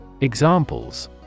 Examples